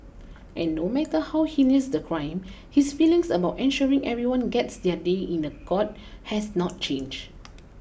and no matter how heinous the crime his feelings about ensuring everyone gets their day in the court has not changed